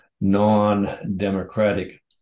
non-democratic